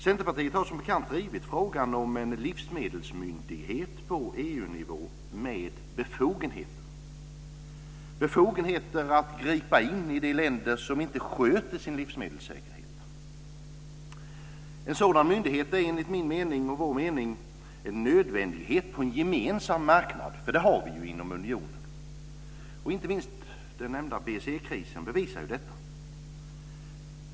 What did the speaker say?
Centerpartiet har som bekant drivit frågan om en livsmedelsmyndighet på EU-nivå med befogenheter att gripa in i de länder som inte sköter sin livsmedelssäkerhet. En sådan myndighet är enligt min och vår mening en nödvändighet på en gemensam marknad, som vi ju har inom unionen. Inte minst den nämnda BSE-krisen bevisar detta.